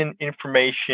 information